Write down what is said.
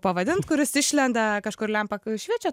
pavadint kuris išlenda kažkur lempa šviečia